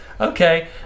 okay